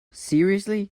seriously